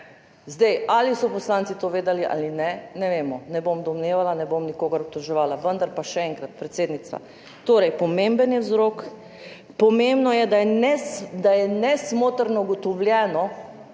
Ali so poslanci to vedeli ali ne, ne vemo, ne bom domnevala, ne bom nikogar obtoževala. Vendar pa še enkrat, predsednica, pomemben je vzrok, pomembno je, da je nesporno ugotovljeno,